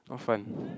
not fun